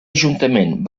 ajuntament